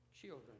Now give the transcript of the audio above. Children